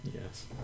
Yes